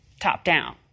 top-down